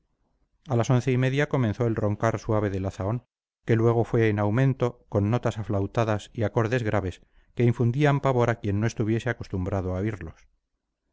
a las once y media comenzó el roncar suave de la zahón que luego fue en aumento con notas aflautadas y acordes graves que infundirían pavor a quien no estuviese acostumbrado a